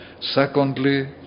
Secondly